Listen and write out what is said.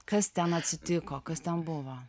kas ten atsitiko kas ten buvo